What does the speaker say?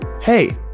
hey